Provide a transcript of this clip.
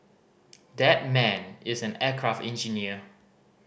that man is an aircraft engineer